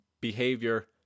behavior